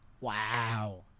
Wow